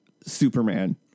Superman